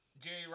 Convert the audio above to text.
Jerry